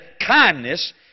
kindness